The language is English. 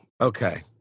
Okay